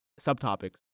subtopics